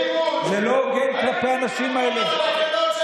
ממספר אחיות לנפש בהשוואה למדינות ה-OECD.